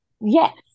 Yes